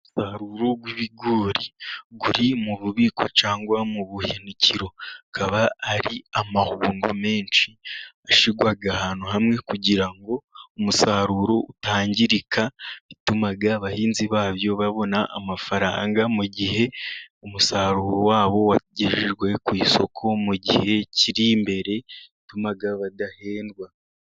Umusaruro w'ibigori uri mu bubiko cyangwa mu buhunikiro, akaba ari amahudo menshi ashyirwa ahantu hamwe, kugira ngo umusaruro utangirika, ituma abahinzi babyo babona amafaranga, mu gihe umusaruro wabo wagejejwe ku isoko, mu gihe kiri imbere ituma badahendwa.